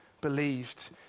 believed